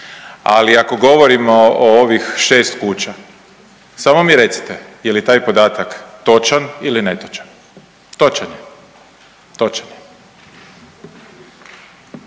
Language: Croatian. ali ako govorimo o ovih 6 kuća, samo mi recite, je li taj podatak točan ili netočan? Točan je. Točan je.